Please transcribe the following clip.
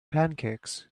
pancakes